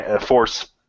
force